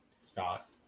Scott